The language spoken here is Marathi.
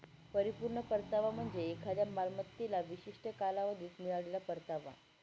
परिपूर्ण परतावा म्हणजे एखाद्या मालमत्तेला विशिष्ट कालावधीत मिळालेला परतावा